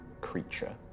creature